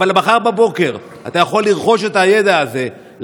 אבל מחר בבוקר אתה יכול לרכוש את הידע הזה,